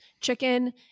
chicken